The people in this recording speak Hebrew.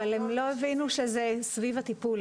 אבל הם לא הבינו שזה סביב הטיפול,